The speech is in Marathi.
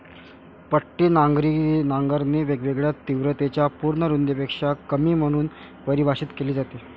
पट्टी नांगरणी वेगवेगळ्या तीव्रतेच्या पूर्ण रुंदीपेक्षा कमी म्हणून परिभाषित केली जाते